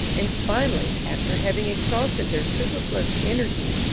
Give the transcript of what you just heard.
and finally, after having exhausted their superfluous energy,